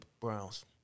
Browns